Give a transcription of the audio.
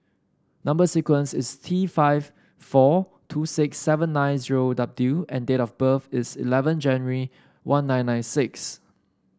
number sequence is T five four two six seven nine zero W and date of birth is eleven January one nine nine six